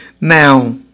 Now